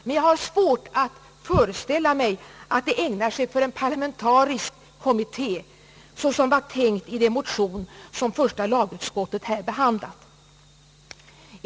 Men jag har svårt att föreställa mig att de ägnar sig för en parlamentarisk kommitté, såsom var tänkt i den motion första lagutskottet har behandlat.